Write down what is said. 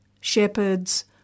Shepherds